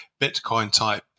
Bitcoin-type